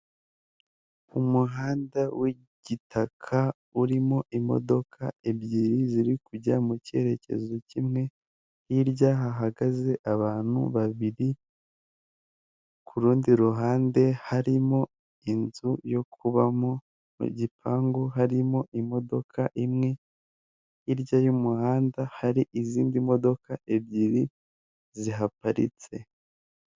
Umuhanda w'igitaka urimo imodoka ebyiri ziri kujya mu cyerekezo kimwe, hirya hahagaze abantu babiri kurundi ruhande harimo inzu yo kubamo mu gipangu harimo imodoka imwe hirya y'umuhanda hari izindi modoka ebyiri zihaparitse.